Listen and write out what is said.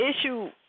issue